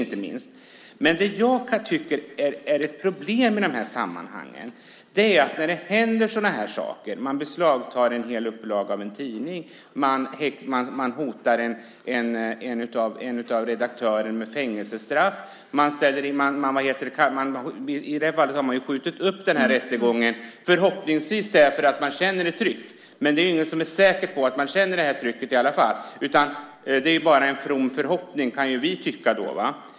Jag tycker dock att det finns ett problem när det händer sådana här saker, att man beslagtar en hel upplaga av en tidning och hotar en av redaktörerna med fängelsestraff. I det här fallet har man skjutit upp rättegången, förhoppningsvis därför att man känner ett tryck. Det är dock ingen som är säker på att man känner detta tryck, utan det är bara en from förhoppning - kan vi tycka.